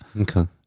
Okay